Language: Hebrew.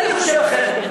אני חושב אחרת.